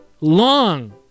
long